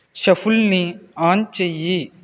షఫుల్ని on చెయ్యి